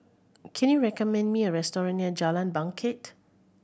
can you recommend me a restaurant near Jalan Bangket